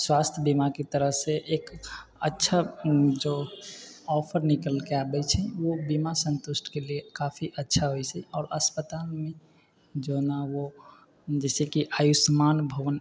स्वास्थ्य बीमाके तरफसँ एक अच्छा जो ऑफर निकलिके आबै छै ओ बीमा सन्तुष्टिके लिए काफी अच्छा होइ छै आओर अस्पतालमे जे नहि ओ जइसेकि आयुष्मान भव